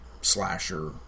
slasher